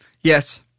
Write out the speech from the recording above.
Yes